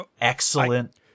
excellent